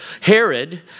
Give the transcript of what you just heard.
Herod